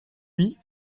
lui